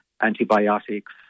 antibiotics